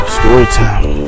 storytime